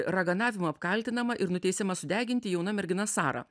raganavimu apkaltinama ir nuteisima sudeginti jauna mergina sara